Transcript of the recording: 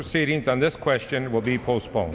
proceedings on this question will be postpone